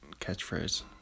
catchphrase